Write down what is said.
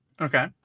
Okay